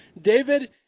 David